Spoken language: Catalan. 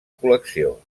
col·lecció